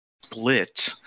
split